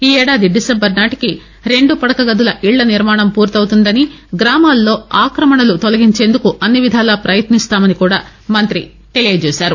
ఈ ఏడాది డిసెంబరు నాటికి రెండు పడక గదుల ఇళ్ళ నిర్మాణం పూర్తవుతుందనీ గ్రామాల్లో ఆక్రమణలను తొలగించేందుకు అన్నివిధాలా పయత్నిస్తామని కూడా మంతి తెలియచేశారు